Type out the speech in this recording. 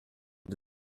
deux